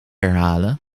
herhalen